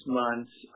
months